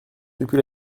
depuis